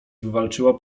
wywalczyła